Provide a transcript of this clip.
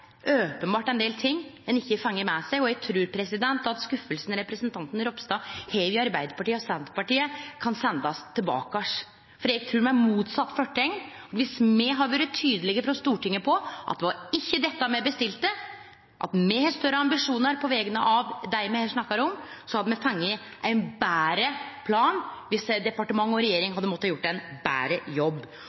openbert ein del ting ein ikkje har fått med seg, og eg trur skuffelsen til representanten Ropstad over Arbeidarpartiet og Senterpartiet kan sendast tilbake. For eg trur, med motsett forteikn: Viss me hadde vore tydelege frå Stortinget på at det ikkje var dette me bestilte, at me har større ambisjonar på vegner av dei me snakkar om, viss departement og regjering hadde måtta gjort ein betre jobb, hadde me fått ein betre plan.